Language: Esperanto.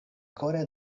kore